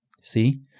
See